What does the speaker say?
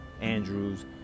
Andrews